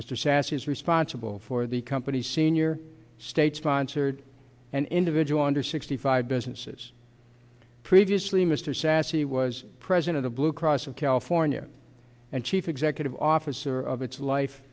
mr sas is responsible for the company's senior state sponsored and individual under sixty five businesses previously mr sassy was president of the blue cross of california and chief executive officer of its life